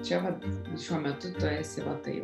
čia vat šiuo metu tu esi va tai